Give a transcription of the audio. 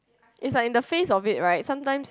it's like in the face of it right sometimes